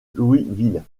louisville